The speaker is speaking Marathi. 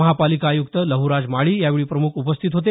महापालिका आयुक्त लहराज माळी यावेळी प्रमुख उपस्थित होते